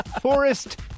forest